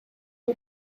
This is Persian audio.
اون